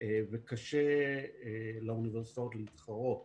וקשה לאוניברסיטאות להתחרות